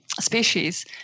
species